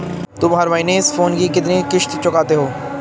तुम हर महीने इस फोन की कितनी किश्त चुकाते हो?